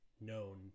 Known